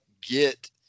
get